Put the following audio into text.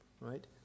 right